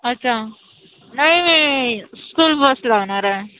अच्छा नाही school bus लावणार आहे